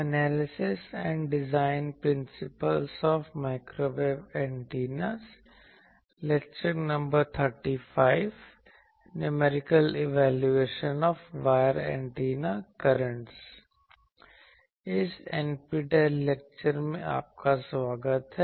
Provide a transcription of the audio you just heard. इस NPTEL lecture में आपका स्वागत है